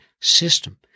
system